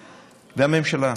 והממשלה,